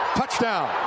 touchdown